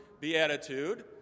beatitude